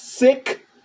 Sick